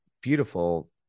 beautiful